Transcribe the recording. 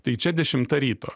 tai čia dešimta ryto